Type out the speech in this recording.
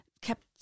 kept